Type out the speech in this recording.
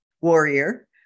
warrior